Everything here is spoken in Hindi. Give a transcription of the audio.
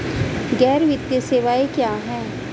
गैर वित्तीय सेवाएं क्या हैं?